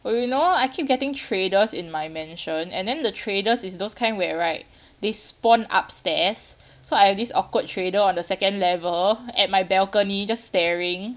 but you know I keep getting traders in my mansion and then the traders is those kind where right they spawn upstairs so I have this awkward trader on the second level at my balcony just staring